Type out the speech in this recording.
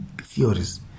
theories